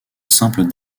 simple